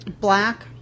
black